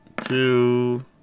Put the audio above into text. Two